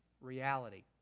reality